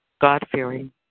God-fearing